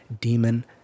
Demon